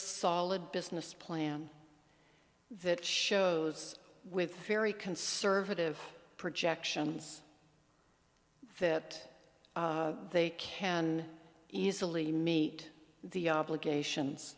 solid business plan that shows with very conservative projections that they can easily me the obligations